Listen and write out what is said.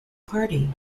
party